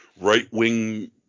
right-wing